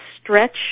stretch